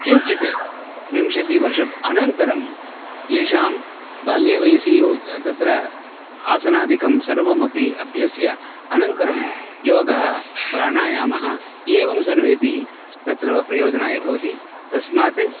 किञ्चित् विंशतिवर्षानन्तरं येषां बाल्ये वयसि तत्र आसनादिकं सर्वम् अपि अभ्यस्य अनन्तरं योगः प्राणायामाः एवं सर्वेपि तत्र प्रयोजनाय भवति तस्मात्